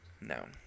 no